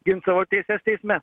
gins savo teises teisme